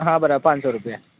હા બરાબર પાંચસો રૂપિયા